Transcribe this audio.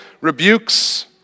rebukes